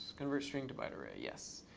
convert string to byte array. yes.